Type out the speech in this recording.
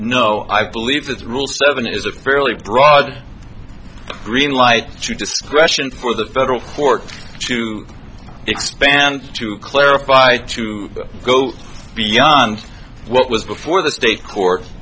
know i believe that rule seven is a fairly broad greenlight to discretion for the federal court to expand to clarify to go beyond what was before the state court